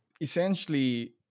essentially